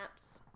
apps